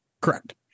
Correct